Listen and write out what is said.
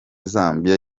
zambia